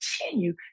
continue